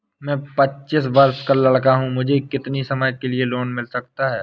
मैं पच्चीस वर्ष का लड़का हूँ मुझे कितनी समय के लिए लोन मिल सकता है?